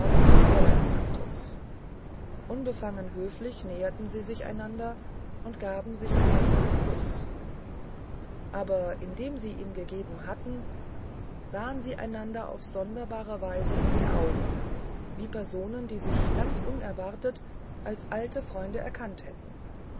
auf fräulein bantes unbefangen höflich näherten sie sich einander und gaben sich einander den kuß aber indem sie ihn gegeben hatten sahen sie einander auf sonderbare weise in die augen wie personen die sich ganz unerwartet als alte freunde erkannt hätten